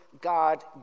God